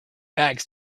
bags